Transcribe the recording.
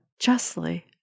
justly